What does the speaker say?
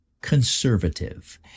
conservative